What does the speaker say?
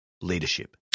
leadership